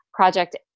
Project